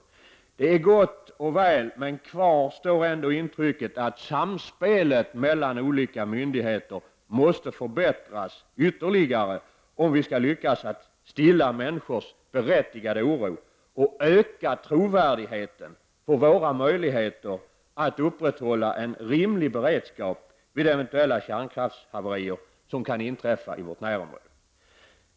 Detta är gott och väl, men kvar står ändå intrycket att samspelet mellan olika myndigheter måste förbättras ytterligare om vi skall lyckas att till människors berättigade oro och öka trovärdigheten för våra möjligheter att upprätthålla en rimlig beredskap vid eventuella kärnkraftshaverier som kan inträffa i vårt närområde.